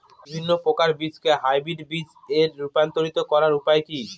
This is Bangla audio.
বিভিন্ন প্রকার বীজকে হাইব্রিড বীজ এ রূপান্তরিত করার উপায় কি?